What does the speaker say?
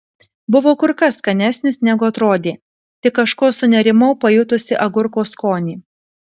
buvo kur kas skanesnis negu atrodė tik kažko sunerimau pajutusi agurko skonį